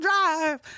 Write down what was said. drive